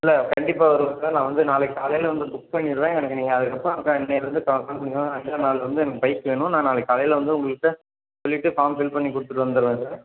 இல்லை கண்டிப்பாக வருவேன் சார் நான் வந்து நாளைக்கு காலையில் வந்து புக் பண்ணிடுவேன் எனக்கு நீங்கள் அதுக்கப்புறம் அதுதான் அன்னியிலேருந்து ஸ்டார்ட் பண்ணிங்கனால் அஞ்சாம் நாளில் வந்து எனக்கு பைக் வேணும் நான் நாளைக்கு காலையில் வந்து உங்கள்கிட்ட சொல்லிவிட்டு ஃபார்ம் ஃபில் பண்ணி கொடுத்துட்டு வந்துடுறேன் சார்